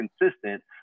consistent